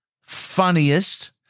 funniest